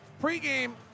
Pre-game